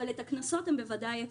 אבל את הקנסות הם בוודאי יקבלו?